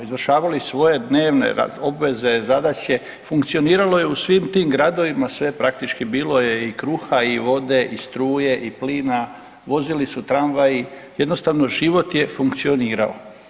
Izvršavali svoje dnevne obveze, zadaće, funkcioniralo je u svim tim gradovima sve praktički, bilo je i kruha i vode i struje i plina, vozili su tramvaji, jednostavno život je funkcionirao.